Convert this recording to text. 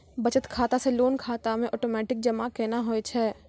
बचत खाता से लोन खाता मे ओटोमेटिक जमा केना होय छै?